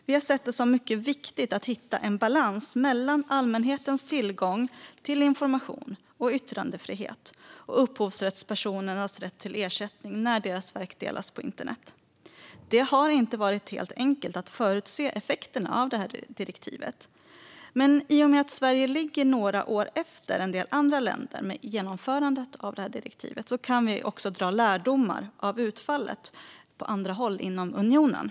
Vi har sett det som mycket viktigt att hitta en balans mellan allmänhetens tillgång till information och yttrandefrihet och upphovsrättspersoners rätt till ersättning när deras verk delas på internet. Det har inte varit helt enkelt att förutse effekterna av direktivet, men i och med att Sverige ligger några år efter en del andra länder med genomförandet av direktivet kan vi dra lärdomar av utfallet på andra håll inom unionen.